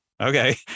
okay